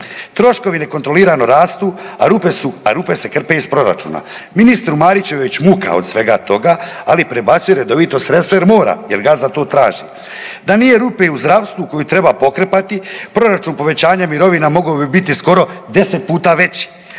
Troškovi nekontrolirano rastu a rupe se krpe iz proračuna. Ministru Mariću je već muka od svega toga ali prebacuje redovito sredstva jer mora, jer gazda to traži. Da nije rupe u zdravstvu koju treba pokrpati, proračun povećanja mirovina mogao bi biti skoro 10 puta veći,